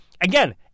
Again